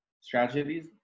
strategies